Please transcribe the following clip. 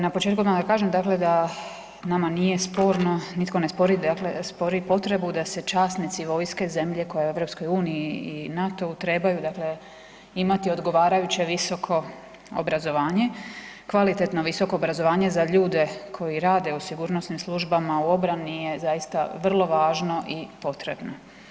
Na početku da vam kažem dakle da nama nije sporno, nitko ne spori dakle spori potrebu da se časnici vojske, zemlje koja je u EU i NATO-u trebaju dakle imati odgovarajuće visoko obrazovanje, kvalitetno visoko obrazovanje za ljude koji rade u sigurnosnim službama, u obrani je zaista vrlo važno i potrebno.